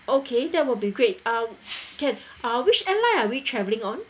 okay that will be great uh can uh which airline are we travelling on